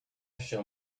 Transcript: shall